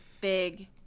big